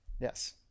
Yes